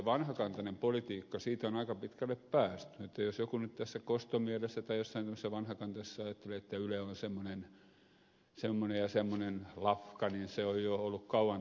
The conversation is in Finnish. siitä vanhakantaisesta politiikasta on aika pitkälle päästy että jos joku nyt tässä koston mielessä tai jossain tämmöisessä vanhakantaisessa mielessä ajattelee että yle on semmoinen ja semmoinen lafka niin se on jo ollut kauan turhaa